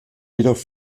jedoch